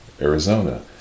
Arizona